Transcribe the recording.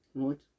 Right